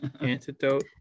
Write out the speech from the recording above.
Antidote